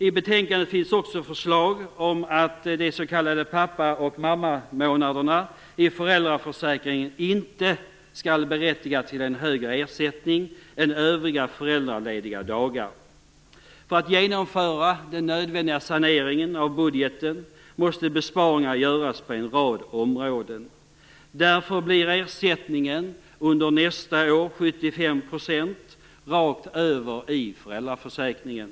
I betänkandet finns också förslag om att de s.k. pappa och mammamånaderna i föräldraförsäkringen inte skall berättiga till en högre ersättning än övriga föräldralediga dagar. För att genomföra den nödvändiga saneringen av budgeten, måste besparingar göras på en rad områden. Därför blir ersättningen under nästa år 75 % rakt av i föräldraförsäkringen.